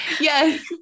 Yes